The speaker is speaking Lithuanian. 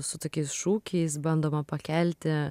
su tokiais šūkiais bandoma pakelti